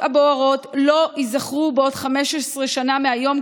הבוערות לא ייזכרו בעוד 15 שנה מהיום,